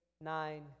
nine